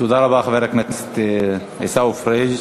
תודה רבה, חבר הכנסת עיסאווי פריג'.